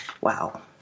Wow